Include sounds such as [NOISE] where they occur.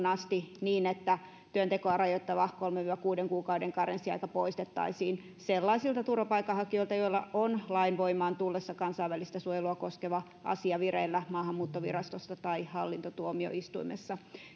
[UNINTELLIGIBLE] asti niin että työntekoa rajoittava kolmen viiva kuuden kuukauden karenssiaika poistettaisiin sellaisilta turvapaikanhakijoilta joilla on lain voimaan tullessa kansainvälistä suojelua koskeva asia vireillä maahanmuuttovirastossa tai hallintotuomioistuimessa